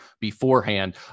beforehand